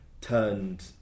turned